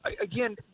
again